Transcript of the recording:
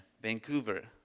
Vancouver